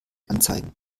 anzeigen